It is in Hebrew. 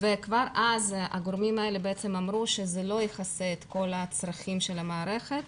כבר אז הגורמים האלה אמרו שזה לא יכסה את כל הצרכים של המערכת.